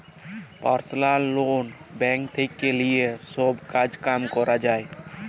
personal loan bank থেক্যে লিয়ে সব কাজ কাম ক্যরা যায়